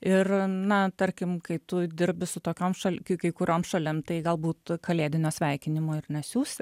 ir na tarkim kai tu dirbi su tokiom šal kai kurioms šalims tai galbūt kalėdinio sveikinimo ir nesiųsti